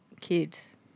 kids